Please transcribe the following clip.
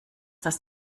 das